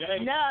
no